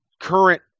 current